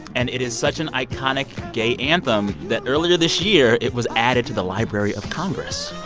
and it is such an iconic gay anthem that earlier this year it was added to the library of congress